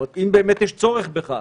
זאת אומרת, אם באמת יש צורך בכך.